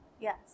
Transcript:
Yes